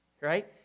right